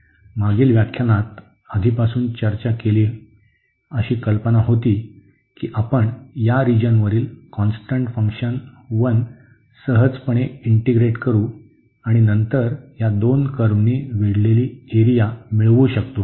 मागील व्याख्यानात आधीपासून चर्चा केलेली अशी कल्पना होती की आपण या रिजनवरील कॉन्स्टंट फंक्शन 1 सहजपणे इंटीग्रेट करू आणि नंतर या दोन कर्व्हनी वेढलेली एरिया मिळवू शकतो